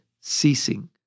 ceasing